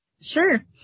Sure